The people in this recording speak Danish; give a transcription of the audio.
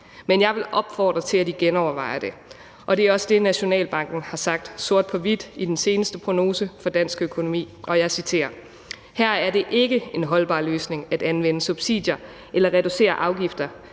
men jeg vil opfordre til, at I genovervejer det. Det er også det, Nationalbanken har sagt sort på hvidt i den seneste prognose for dansk økonomi. Jeg citerer: »Her er det ikke en holdbar løsning at anvende subsidier eller reducere afgifter,